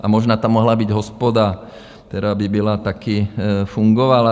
A možná tam mohla být hospoda, která by byla také fungovala.